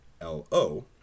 L-O